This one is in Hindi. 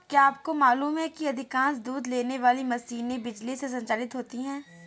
क्या आपको मालूम है कि अधिकांश दूध देने वाली मशीनें बिजली से संचालित होती हैं?